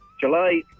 July